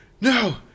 No